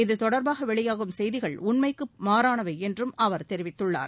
இத்தொடர்பாக வெளியாகும் செய்திகள் உண்மைக்கு மாறானவை என்றும் அவர் தெரிவித்துள்ளார்